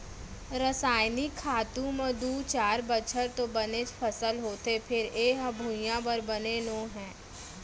रसइनिक खातू म दू चार बछर तो बनेच फसल होथे फेर ए ह भुइयाँ बर बने नो हय